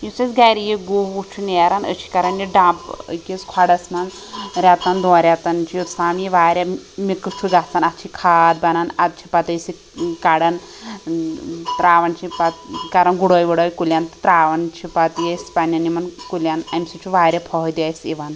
یُس اسہِ گَھرِ یہِ گُہہ وُہہ چھُ نیران أسۍ چھِ کران یہِ ڈَمپ أکِس کھۄڈَس مَنٛز ریٚتَن دۄن ریٚتَن چھِ گَژھان یہِ واریاہ مِکٕس چھُ گَژھان اتھ چھِ کھاد بنان اَدٕ چھِ پَتہٕ أسۍ یہِ کَڈان ترٛاوان چھِ پَتہٕ کران گُڑٲے وُڑٲے کُلیٚن تہٕ ترٛاوان چھِ پَتہٕ یہِ أسۍ پَننیٚن یمن کُلیٚن اَمہِ سۭتۍ چھُ واریاہ فٲیدٕ اسہِ یِوان